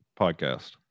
podcast